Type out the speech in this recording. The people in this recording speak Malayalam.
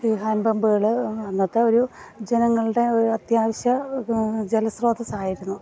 ഈ ഹാൻഡ് പമ്പുകൾ അന്നത്തെ ഒരു ജനങ്ങളുടെ ഒരു അത്യാവിശ്യ ജലസ്രോതസ്സായിരുന്നു